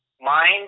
mind